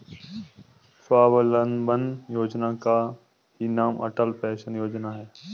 स्वावलंबन योजना का ही नाम अटल पेंशन योजना है